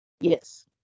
Yes